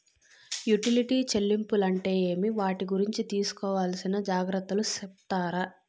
Utility చెల్లింపులు అంటే ఏమి? వాటి గురించి తీసుకోవాల్సిన జాగ్రత్తలు సెప్తారా?